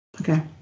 Okay